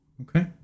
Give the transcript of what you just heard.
okay